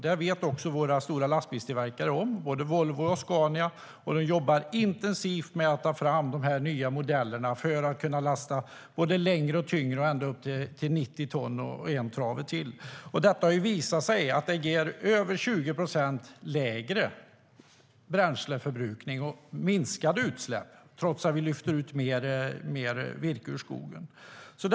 Det vet också våra stora lastbilstillverkare, både Volvo och Scania. De jobbar intensivt med att ta fram de nya modellerna för att kunna lasta både längre och tyngre, ända upp till 90 ton och en trave till. Det har visat sig att det ger över 20 procent lägre bränsleförbrukning och minskade utsläpp trots att vi lyfter ut mer virke ur skogen. Fru talman!